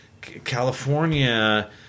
California